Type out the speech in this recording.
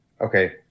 Okay